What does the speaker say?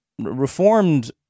reformed